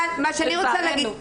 אבל מה שאני רוצה להגיד,